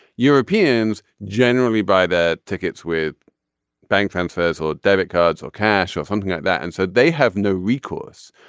europeans generally buy the tickets with bank transfers or debit cards or cash or something like that. and so they have no recourse.